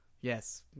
Yes